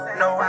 no